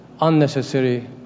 unnecessary